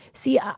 See